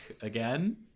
again